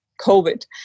COVID